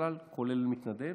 כולל מתנדב,